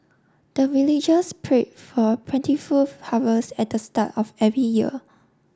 the villagers pray for plentiful harvest at the start of every year